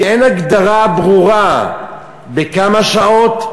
כי אין הגדרה ברורה בכמה שעות,